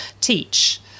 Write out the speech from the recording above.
teach